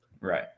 Right